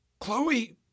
Chloe